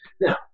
Now